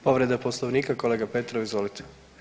Povreda Poslovnika, kolega Petrov, izvolite.